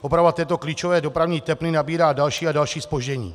Oprava této klíčové dopravní tepny nabírá další a další zpozdění.